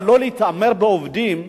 אבל לא להתעמר בעובדים.